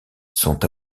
sont